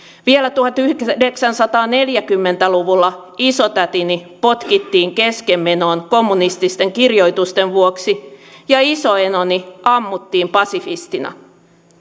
vielä tuhatyhdeksänsataaneljäkymmentä luvulla isotätini potkittiin keskenmenoon kommunististen kirjoitusten vuoksi ja isoenoni ammuttiin pasifistina